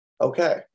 okay